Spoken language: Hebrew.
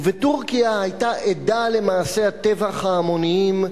ובטורקיה היתה עדה למעשי הטבח ההמוניים,